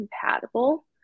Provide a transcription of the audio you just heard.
compatible